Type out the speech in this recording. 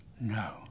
no